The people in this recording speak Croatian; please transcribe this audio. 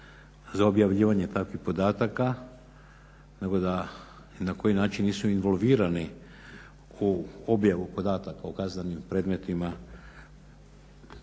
za objavljivanje takvih podataka nego da i na koji način nisu involvirani u objavu podataka u kaznenim predmetima